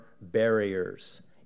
barriers